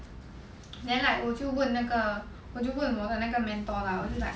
then like 我就问那个我就问我的那个 mentor lah like